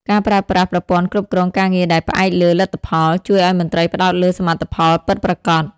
ការប្រើប្រាស់ប្រព័ន្ធគ្រប់គ្រងការងារដែលផ្អែកលើលទ្ធផល ជួយឱ្យមន្ត្រីផ្តោតលើសមិទ្ធផលពិតប្រាកដ។